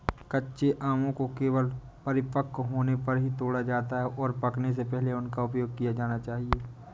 कच्चे आमों को केवल परिपक्व होने पर ही तोड़ा जाता है, और पकने से पहले उनका उपयोग किया जाना चाहिए